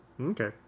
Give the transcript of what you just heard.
Okay